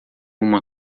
uma